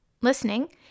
Listening